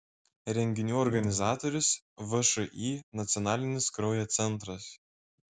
renginių organizatorius všį nacionalinis kraujo centras